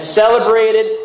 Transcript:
celebrated